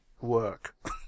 work